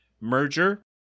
merger